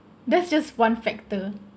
that's just one factor